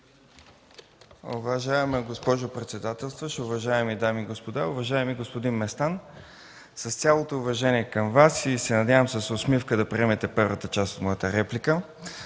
Уважаема госпожо председател, уважаеми дами и господа! Уважаеми господин Местан, с цялото уважение към Вас и се надявам с усмивка да приемете първата част от моята реплика.